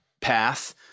path